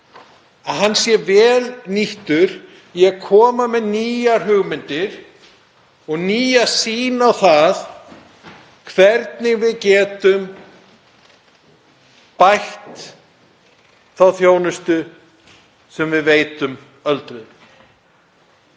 að hann sé vel nýttur í að koma með nýjar hugmyndir og nýja sýn á það hvernig við getum bætt þá þjónustu sem við veitum öldruðum.